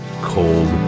cold